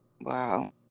Wow